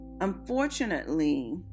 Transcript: unfortunately